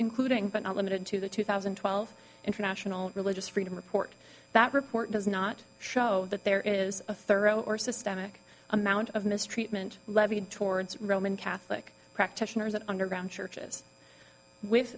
including but not limited to the two thousand and twelve international religious freedom report that report does not show that there is a thorough or systemic amount of mistreatment levied towards roman catholic practitioners at underground churches with